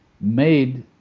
made